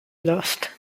lost